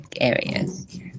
areas